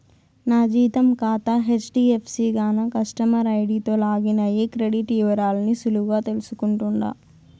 నా జీతం కాతా హెజ్డీఎఫ్సీ గాన కస్టమర్ ఐడీతో లాగిన్ అయ్యి క్రెడిట్ ఇవరాల్ని సులువుగా తెల్సుకుంటుండా